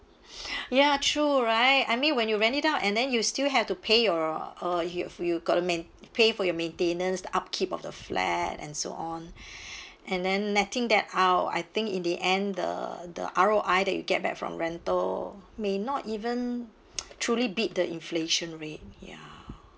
ya true right I mean when you rent it out and then you still have to pay your uh you've you got to main~ pay for your maintenance upkeep of the flat and so on and then netting that our I think in the end the the R_O_I that you get back from rental may not even truly beat the inflation rate ya